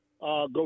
go